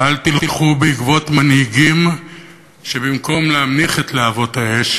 אל תלכו בעקבות מנהיגים שבמקום להנמיך את להבות האש